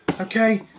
okay